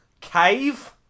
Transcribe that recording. Cave